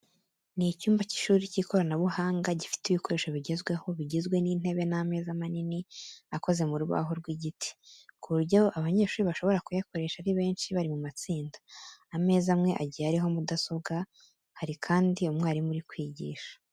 Ni mu cyumba cy’ishuri cy’ikoranabuhanga gifite ibikoresho bigezweho bigizwe n'intebe n'ameza manini akoze mu rubaho rw'igiti, ku buryo abanyeshuri bashobora kuyakoresha ari benshi bari mu matsinda. Ameza amwe agiye ariho mudasobwa. Hari kandi umwarimu uri kwigisha.